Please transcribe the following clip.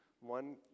One